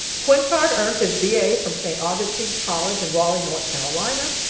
quintard earned his b a. from st. augustine's college in raleigh, north carolina.